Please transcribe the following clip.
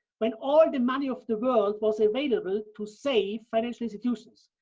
when all the money of the world was available to save financial institutions.